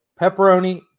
Pepperoni